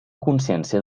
consciència